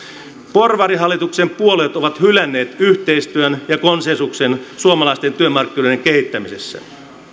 porvarihallituksen puolueet ovat hylänneet yhteistyön ja konsensuksen suomalaisten työmarkkinoiden kehittämisessä